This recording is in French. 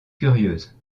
curieuse